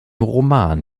roman